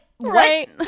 right